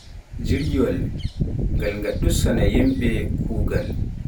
jirgiwaal ngam nga ɗustaana yimɓe kuugal.